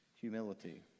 humility